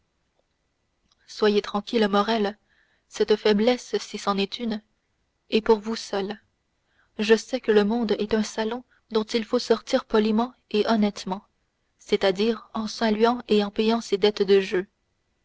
soyez tranquille morrel cette faiblesse si c'en est une est pour vous seul je sais que le monde est un salon dont il faut sortir poliment et honnêtement c'est-à-dire en saluant et en payant ses dettes de jeu